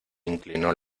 inclinó